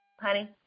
honey